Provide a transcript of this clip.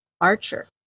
Archer